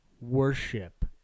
worship